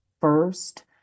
first